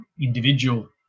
individual